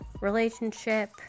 relationship